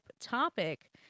topic